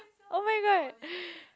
oh-my-god